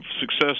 success